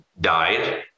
died